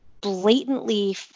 blatantly